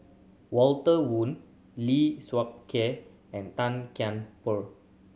Walter Woon Lee Seow Ker and Tan Kian Por